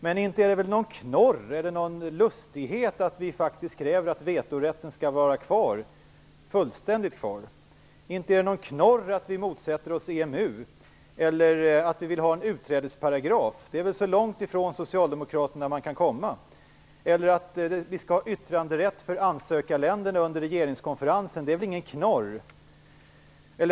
Men inte är det väl någon knorr eller lustighet att vi faktiskt kräver att vetorätten helt och hållet skall vara kvar. Inte är det någon knorr att vi motsätter oss EMU eller att vi vill ha en utträdesparagraf. Det är väl så långt från socialdemokraternas ståndpunkt man kan komma. Att vi skall ha yttranderätt för ansökarländerna under regeringskonferensen är väl ingen knorr.